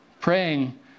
praying